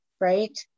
right